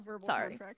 sorry